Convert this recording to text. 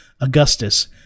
Augustus